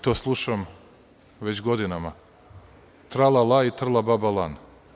To slušam već godinama tra-la-la i trla baba lan.